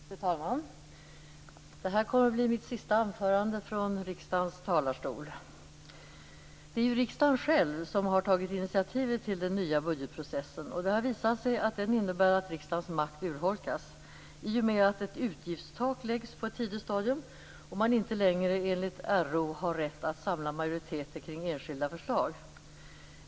Fru talman! Det här kommer att bli mitt sista anförande från riksdagens talarstol. Det är riksdagen självt som har tagit initiativet till den nya budgetprocessen. Det har visat sig att den innebär att riksdagens makt urholkas. Ett utgiftstak läggs fram på ett tidigt stadium, och man har inte längre enligt RO rätt att samla majoriteter kring enskilda förslag.